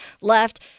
left